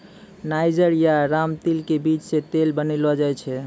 niger या रामतिल के बीज सॅ तेल बनैलो जाय छै